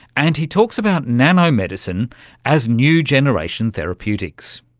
and he talks about nano-medicine as new generation therapeutics.